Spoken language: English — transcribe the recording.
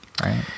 Right